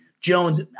Jones